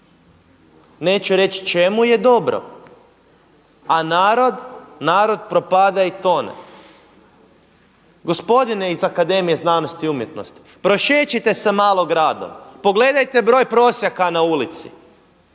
neću reći čemu je dobro. A narod? Narod propada i tone. Gospodine iz Akademije znanosti i umjetnosti, prošećite se malo gradom, pogledajte broj prosjaka na ulici,